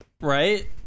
Right